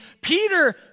Peter